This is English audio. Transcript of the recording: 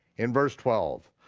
in verse twelve,